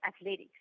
athletics